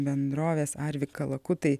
bendrovės arvi kalakutai